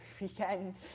weekend